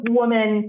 woman